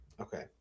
okay